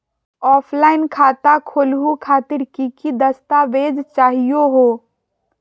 Offline खाता खोलहु खातिर की की दस्तावेज चाहीयो हो?